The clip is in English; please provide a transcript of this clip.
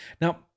Now